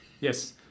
Yes